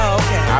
okay